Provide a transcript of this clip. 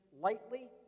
lightly